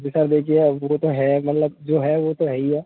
जी sir देखिए अब वो तो है मतलब जो है वो तो हई है